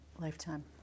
Lifetime